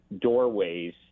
doorways